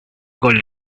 con